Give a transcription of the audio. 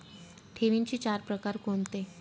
ठेवींचे चार प्रकार कोणते?